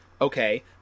okay